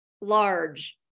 large